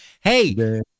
Hey